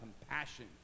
compassion